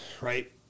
right